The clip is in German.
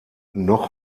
noch